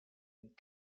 and